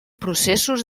processos